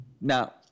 Now